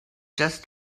just